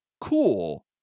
Cool